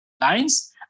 lines